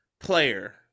player